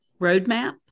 Roadmap